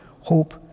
hope